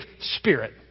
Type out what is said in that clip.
Spirit